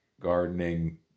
gardening